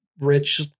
rich